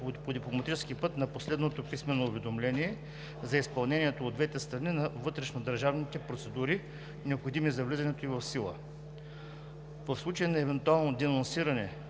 по дипломатически път на последното писмено уведомление за изпълнението от двете страни на вътрешнодържавните процедури, необходими за влизането ѝ в сила. В случай на евентуално денонсиране